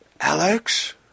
Alex